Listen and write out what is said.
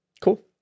Cool